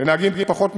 לנהגים פחות מיומנים.